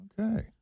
Okay